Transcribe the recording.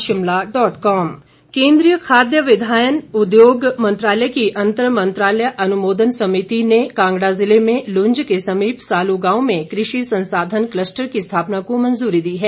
cluster केंद्रीय खाद्य विधायन उद्योग मंत्रालय की अंतर मंत्रालय अनुमोदन समिति ने कांगड़ा जिले में लूंज के समीप सालू गांव में कृषि संसाधन कलस्टर की स्थापना को मंजूरी दी है